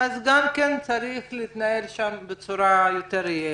גם שם צריך להתנהל בצורה יותר יעילה.